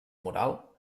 moral